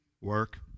work